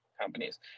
companies